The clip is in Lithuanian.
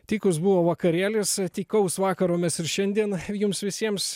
tykus buvo vakarėlis tykaus vakaro mes ir šiandien jums visiems